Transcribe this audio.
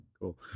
cool